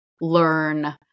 learn